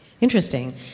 Interesting